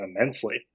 immensely